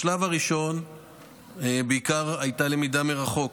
בשלב הראשון בעיקר הייתה למידה מרחוק,